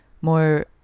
more